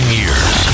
years